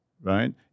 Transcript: right